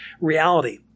reality